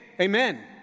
Amen